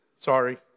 Sorry